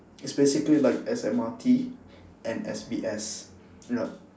it's basically like S_M_R_T and S_B_S yup